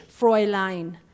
Fräulein